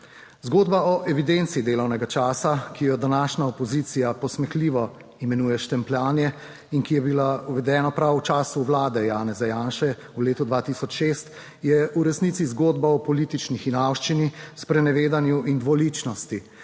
Zgodba o evidenci delovnega časa, ki jo današnja opozicija posmehljivo imenuje štempljanje, in ki je bila uvedena prav v času vlade Janeza Janše v letu 2006, je v resnici zgodba o politični hinavščini, sprenevedanju in dvoličnosti.